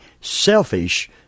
selfish